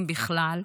אם בכלל,